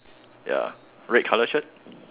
ya red colour shirt